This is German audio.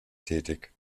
tätig